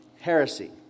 heresy